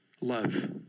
love